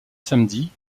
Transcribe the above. samedi